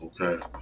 Okay